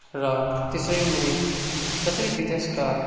र त्यसरी नै जसरी विदेशका